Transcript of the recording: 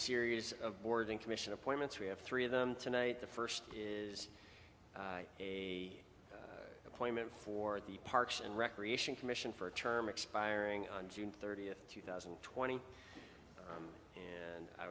series of boarding commission appointments we have three of them tonight the first is a appointment for the parks and recreation commission for a term expiring on june thirtieth two thousand and twenty and i